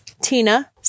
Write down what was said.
Tina